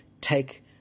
take